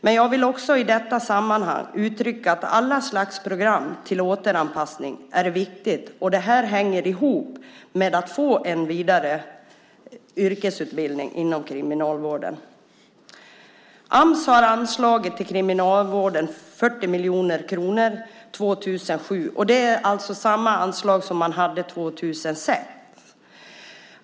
Men jag vill också i detta sammanhang uttrycka att alla slags program för återanpassning är viktiga. Det här hänger ihop med att man ska få en vidare yrkesutbildning inom kriminalvården. Ams har anslagit 40 miljoner kronor till Kriminalvården år 2007. Det är samma anslag som man hade 2006.